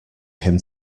him